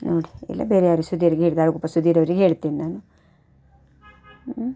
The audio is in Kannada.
ನೋಡಿ ಇಲ್ಲ ಬೇರೆ ಯಾರು ಸುಧೀರ್ಗೆ ತಾಳಗುಪ್ಪ ಸುಧೀರ್ ಅವ್ರಿಗೆ ಹೇಳ್ತೀನಿ ನಾನು ಹ್ಞೂ